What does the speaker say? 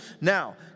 Now